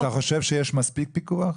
אתה חושב שיש מספיק פיקוח?